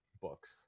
books